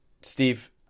Steve